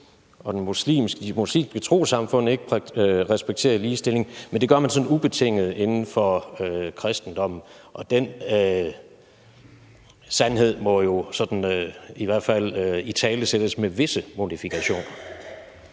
at de muslimske trossamfund ikke respekterer ligestilling, men at man sådan ubetinget gør det inden for kristendommen. Den sandhed må jo sådan i hvert fald italesættes med visse modifikationer.